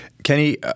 Kenny